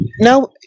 Now